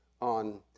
on